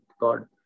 God